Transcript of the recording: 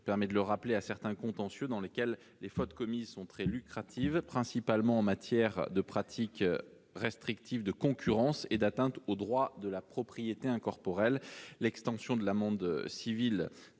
aujourd'hui limité à certains contentieux dans lesquels les fautes commises sont très lucratives, principalement en matière de pratiques restrictives de concurrence et d'atteinte au droit de la propriété incorporelle. L'extension de l'amende civile